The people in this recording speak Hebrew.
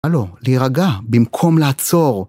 הלו, להירגע, במקום לעצור.